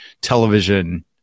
television